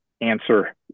answer